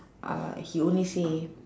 uh he only say